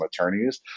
attorneys